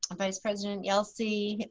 vice president yelsey,